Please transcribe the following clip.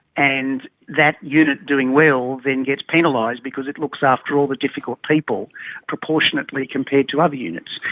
and that unit doing well then gets penalised because it looks after all the difficult people proportionately compared to other units.